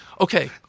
okay